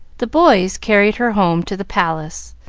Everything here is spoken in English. the boys carried her home to the palace,